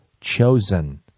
chosen